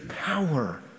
power